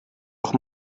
doch